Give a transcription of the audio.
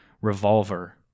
revolver